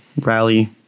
Rally